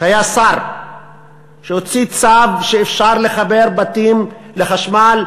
שהיה שר שהוציא צו שאפשר לחבר בתים לחשמל,